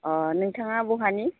अ नोथाङा बहानि